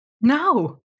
No